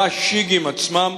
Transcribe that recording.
ב"שיגים" עצמם.